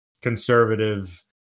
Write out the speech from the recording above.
conservative